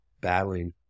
battling